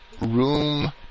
room